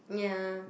yeah